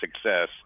success